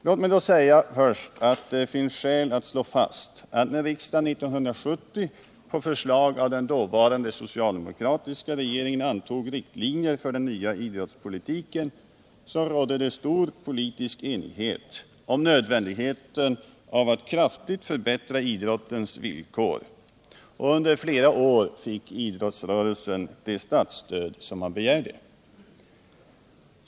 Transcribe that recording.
Låt mig säga att det finns skäl att påpeka och slå fast, att när riksdagen 1970 på förslag av den dåvarande socialdemokratiska regeringen antog riktlinjerna för den nya idrottspolitiken rådde stor politisk enighet om nödvändigheten av att kraftigt förbättra idrottens villkor. Under flera år fick också idrottsrörelsen det statsstöd man begärde.